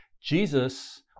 Jesus